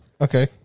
Okay